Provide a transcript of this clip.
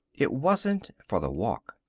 it wasn't for the walk.